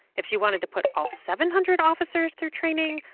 if she wanted to put all seven hundred officers through training,